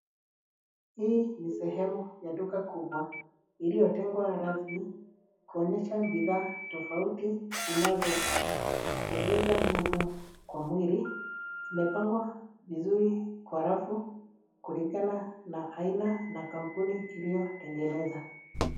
Hii ni sehemu ya duka kubwa iliyotengwa rasmi kuonyesha bidhaa tofauti zinazoongeza nguvu kwa mwili. Zimepangwa vizuri kwa rafu kulingana na aina na kampuni iliyotengeneza.